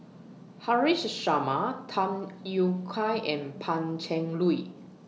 Haresh Sharma Tham Yui Kai and Pan Cheng Lui